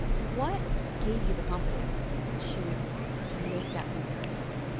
what gave you the confidence to make that comparison?